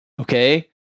Okay